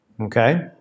Okay